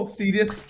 serious